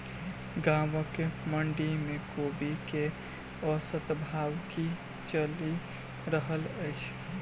गाँवक मंडी मे कोबी केँ औसत भाव की चलि रहल अछि?